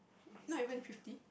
not even fifty